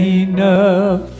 enough